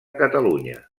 catalunya